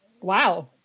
Wow